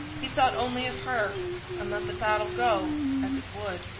he thought only of her and let the battle go as it would.